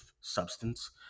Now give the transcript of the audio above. substance